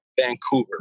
Vancouver